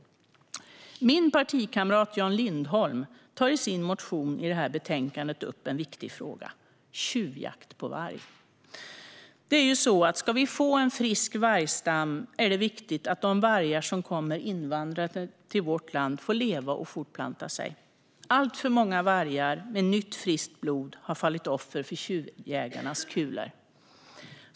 Min partikamrat Jan Lindholm tar i sin motion i det här betänkandet upp en viktig fråga: tjuvjakt på varg. Ska vi få en frisk vargstam är det viktigt att de vargar som kommer invandrade till vårt land får leva och fortplanta sig. Alltför många vargar med nytt friskt blod har fallit offer för tjuvjägarnas kulor.